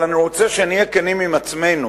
אבל אני רוצה שנהיה כנים עם עצמנו.